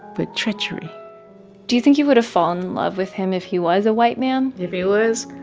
but treachery do you think you would've fallen in love with him if he was a white man? if he was,